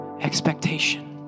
expectation